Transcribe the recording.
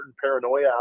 paranoia